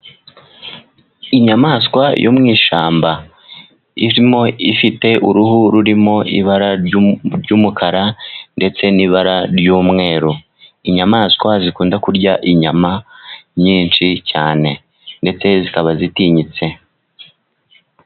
Inyamaswa yo mu ishyamba. Irimo ifite uruhu rurimo ibara ry'umukara, ndetse n'ibara ry'umweru. Inyamaswa zikunda kurya inyama nyinshi cyane, ndetse zikaba zitinyitse.